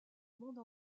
monde